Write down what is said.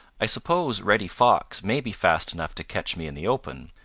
i suppose reddy fox may be fast enough to catch me in the open,